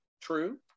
true